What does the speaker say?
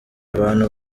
abantu